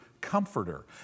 comforter